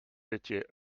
étiez